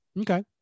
Okay